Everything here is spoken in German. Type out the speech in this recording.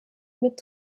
mit